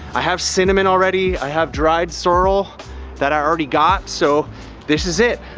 i have cinnamon already. i have dried sorrel that i already got. so this is it.